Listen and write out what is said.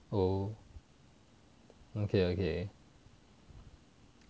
oh okay okay